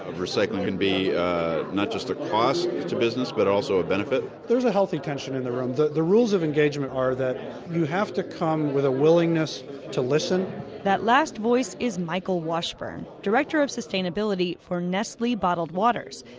recycling can be not just a cost to business, but also a benefit. there's a healthy tension in the room. the the rules of engagement are that you have to come with a willingness to listen that last voice is michael washburn, director of sustainability for nestle bottled waters.